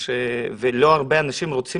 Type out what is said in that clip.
ולא הרבה אנשים רוצים